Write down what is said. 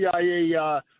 CIA